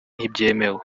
ntibyemewe